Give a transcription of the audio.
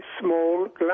small